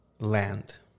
land